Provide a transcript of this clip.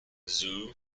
soo